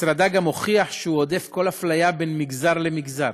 משרדה גם הוכיח שהוא הודף כל אפליה בין מגזר למגזר.